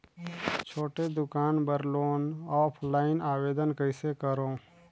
छोटे दुकान बर लोन ऑफलाइन आवेदन कइसे करो?